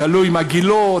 תלוי מה גילו,